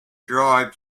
drive